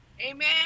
Amen